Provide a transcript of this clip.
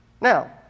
Now